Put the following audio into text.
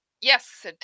Yes